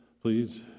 please